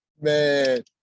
Man